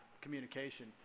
communication